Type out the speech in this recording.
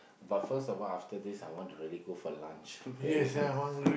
but first of all after this I want to really go for lunch very hungry